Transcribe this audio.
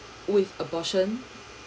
with abortion